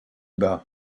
bas